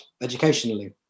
educationally